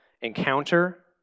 encounter